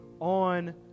on